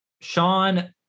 Sean